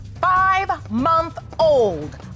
five-month-old